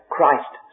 Christ